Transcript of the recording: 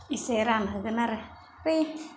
इसे रानहोगोन आरो ओमफ्राय